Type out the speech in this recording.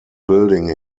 building